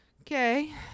Okay